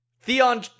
Theon